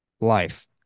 life